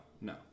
No